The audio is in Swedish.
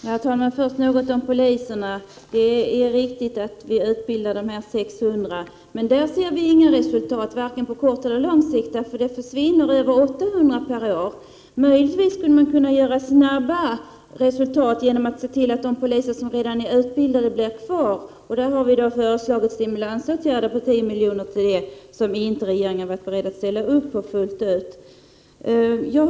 Herr talman! Först något om poliserna. Det är riktigt att vi utbildar 600 poliser, men med denna utbildning får vi inga förbättringar vare sig på kort eller på lång sikt, eftersom över 800 poliser avgår per år. Man skulle möjligtvis kunna nå snabbare resultat genom att se till att de redan utbildade poliserna stannar kvar. Vi har också för detta ändamål föreslagit stimulansåtgärder till en kostnad av 10 milj.kr., som regeringen inte varit beredd att fullt ut ställa sig bakom.